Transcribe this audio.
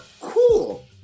cool